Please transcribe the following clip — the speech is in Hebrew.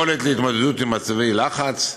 יכולת התמודדות עם מצבי לחץ,